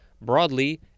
Broadly